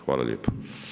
Hvala lijepo.